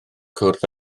cwrdd